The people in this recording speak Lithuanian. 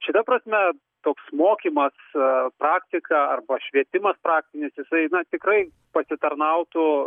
šita prasme toks mokymas praktika arba švietimas praktinis jisai na tikrai pasitarnautų